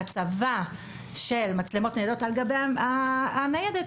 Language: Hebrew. הצבה של מצלמות ניידות על גבי הניידת,